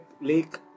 lake